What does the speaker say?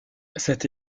cette